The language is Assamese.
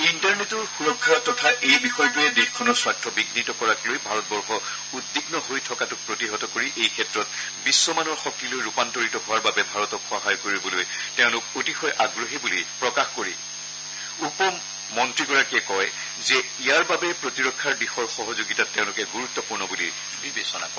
ইণ্টাৰনেটৰ সুৰক্ষা তথা এই বিষয়টোৱে দেশখনৰ স্বাৰ্থ বিঘিত কৰাক লৈ ভাৰতবৰ্ষ উদ্বিগ্ন হৈ থকাটোক প্ৰতিহত কৰি এইক্ষেত্ৰত বিখ্মানৰ শক্তিলৈ ৰূপান্তৰিত হোৱাৰ বাবে ভাৰতক সহায় কৰিবলৈ তেওঁলোক অতিশয় আগ্ৰহী বুলি প্ৰকাশ কৰি উপ মন্ত্ৰীগৰাকীয়ে কয় যে ইয়াৰ বাবে প্ৰতিৰক্ষাৰ দিশৰ সহযোগিতাক তেওঁলোকে গুৰুত্বপূৰ্ণ বুলি বিবেচনা কৰে